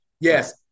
Yes